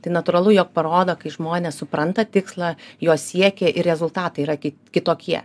tai natūralu jog parodo kai žmonės supranta tikslą jo siekia ir rezultatai yra tik kitokie